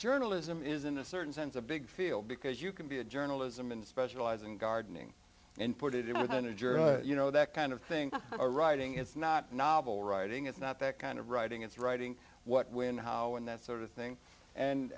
rnalism is in a certain sense a big field because you can be a journalism and specialize in gardening and put it one hundred you know that kind of thing or writing it's not novel writing it's not that kind of writing it's writing what when how and that sort of thing and